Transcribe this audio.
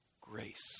grace